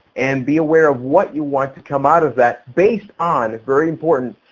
and be aware of what you want to come out of that based on, very important,